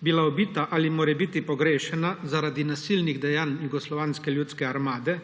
bila ubita ali morebiti pogrešana zaradi nasilnih dejanj Jugoslovanske ljudske armade